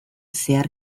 zehar